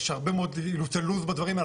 יש הרבה מאוד אילוצי לו"ז בדברים האלה,